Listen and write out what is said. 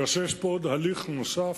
כאשר היה פה הליך נוסף,